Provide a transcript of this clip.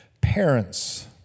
parents